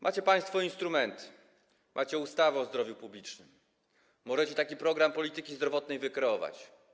Macie państwo instrumenty, macie ustawę o zdrowiu publicznym, możecie taki program polityki zdrowotnej wykreować.